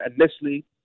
initially